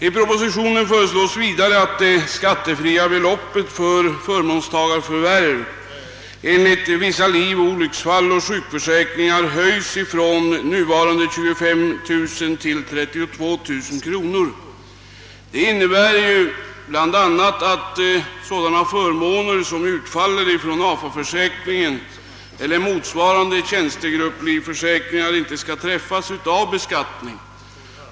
I propositionen föreslås vidare att det skattefria beloppet för förmånstagarförvärv enligt vissa livsamt olycksfallsoch sjukförsäkringar höjs från nuvarande 25 000 till 32 000 kronor. Det innebär bl.a. att sådana förmåner som utfaller från AFA-försäkringen eller motsvarande tjänstegrupplivförsäkringar inte skall träffas av beskattning.